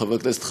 חבר הכנסת חסון,